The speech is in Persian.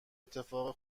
اتفاقای